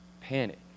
Panic